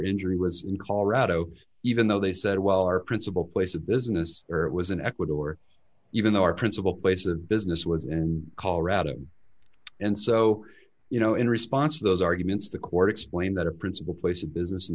injury was in colorado even though they said well our principal place of business or it was in ecuador even though our principal place of business was in colorado and so you know in response to those arguments the court explained that a principal place of business in